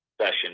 session